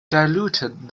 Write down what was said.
diluted